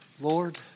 Lord